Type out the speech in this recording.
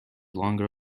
longer